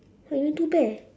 !huh! really two pair